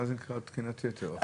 מה זה נקרא תקינת יתר?